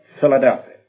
Philadelphia